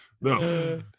No